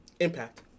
Impact